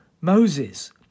Moses